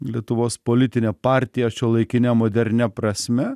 lietuvos politinė partija šiuolaikine modernia prasme